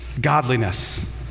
Godliness